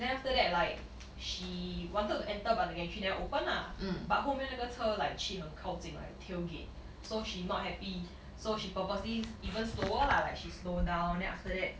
then after that like she wanted to enter but the gantry never open lah but 后面那个车 like 去很靠近 like tailgate so she not happy so she purposely even slower lah like she slow down then after that